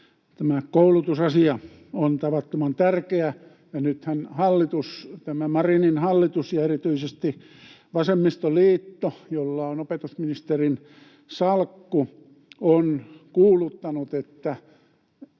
Tämä koulutusasia on tavattoman tärkeä, ja nythän hallitus, tämä Marinin hallitus, ja erityisesti vasemmistoliitto, jolla on opetusministerin salkku, ovat kuuluttaneet, että